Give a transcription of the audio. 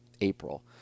April